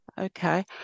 Okay